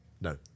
No